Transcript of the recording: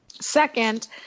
Second